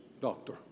doctor